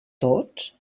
tots